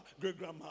great-grandma